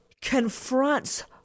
confronts